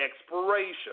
expiration